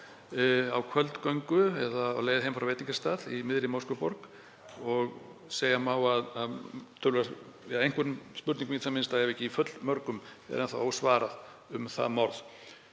á kvöldgöngu á leið heim frá veitingastað í miðri Moskvuborg. Segja má að einhverjum spurningum í það minnsta, ef ekki fullmörgum, sé enn þá ósvarað um það morð.